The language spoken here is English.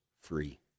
free